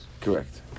Correct